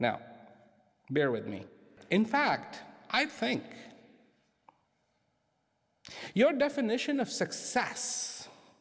now bear with me in fact i think your definition of success